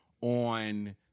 on